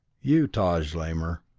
you, taj lamor,